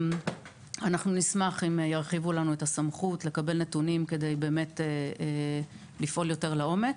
אנחנו נשמח אם ירחיבו לנו את הסמכות לקבל נתונים כדי לפעול יותר לעומק.